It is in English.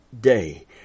day